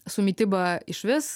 su mityba išvis